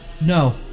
No